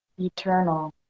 eternal